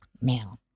now